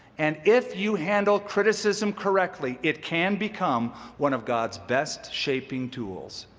and if you handle criticism correctly, it can become one of god's best shaping tools.